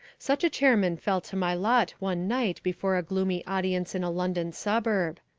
such a chairman fell to my lot one night before a gloomy audience in a london suburb.